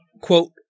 Quote